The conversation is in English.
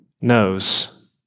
knows